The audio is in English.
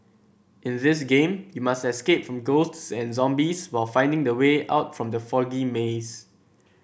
in this game you must escape from ghosts and zombies while finding the way out from the foggy maze